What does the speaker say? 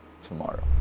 tomorrow